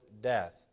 death